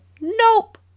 nope